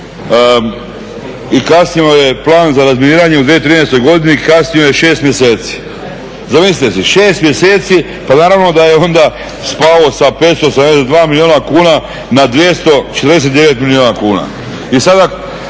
I kasnio je plan za razminiranje u 2013. godini, kasnio je 6 mjeseci. Zamislite si, 6 mjeseci pa naravno da je onda spao sa 572 milijuna na 249 milijuna kuna. I sada